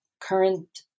current